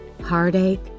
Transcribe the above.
heartache